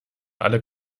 alle